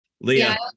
leah